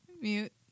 Mute